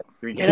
three